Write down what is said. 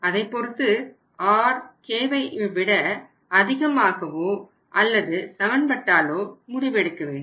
அதைப் பொறுத்து r Kவை விட அதிகமாகவோ அல்லது சமன்பட்டாலோ முடிவெடுக்க வேண்டும்